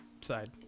side